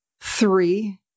Three